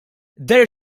deher